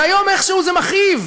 והיום איכשהו זה מכאיב,